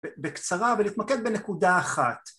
בקצרה ולהתמקד בנקודה אחת